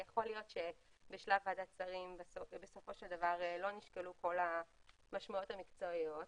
יכול להיות שבשלב ועדת שרים לא נשקלו כל המשמעויות המקצועיות